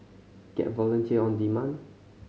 get a volunteer on demand